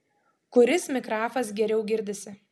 kuris mikrafas geriau girdisi